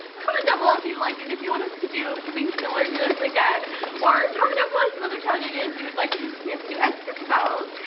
comment down below if you liked and if you want us to do something similar to this again or coming up with some other challenge ideas you would like to see us do as sisters.